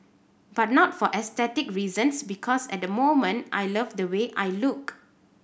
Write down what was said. but not for aesthetic reasons because at the moment I love the way I look